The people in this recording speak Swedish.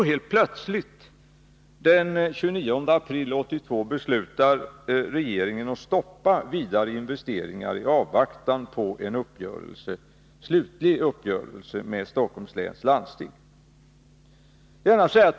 Helt plötsligt, den 29 april 1982, beslutar så regeringen att stoppa vidare investeringar i avvaktan på en slutlig uppgörelse med Stockholms läns landsting.